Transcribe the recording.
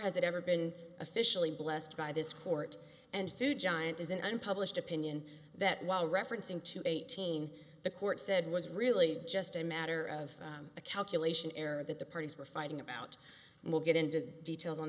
has it ever been officially blessed by this court and food giant as an unpublished opinion that while referencing to eighteen the court said was really just a matter of a calculation error that the parties were fighting about and we'll get into details on